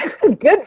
good